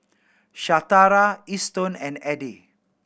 Shatara Eston and Edie